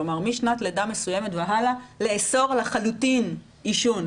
כלומר משנת לידה מסוימת והלאה לאסור לחלוטין עישון.